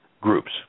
groups